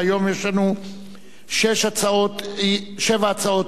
והיום יש לנו שבע הצעות אי-אמון,